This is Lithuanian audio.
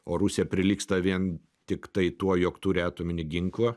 o rusija prilygsta vien tiktai tuo jog turi atominį ginklą